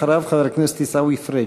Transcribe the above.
אחריו, חבר הכנסת עיסאווי פריג'.